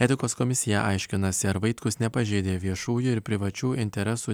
etikos komisija aiškinasi ar vaitkus nepažeidė viešųjų ir privačių interesų